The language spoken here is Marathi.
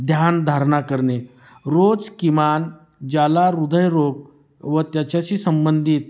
ध्यानधारणा करणे रोज किमान ज्याला हृदयरोग व त्याच्याशी संबंधित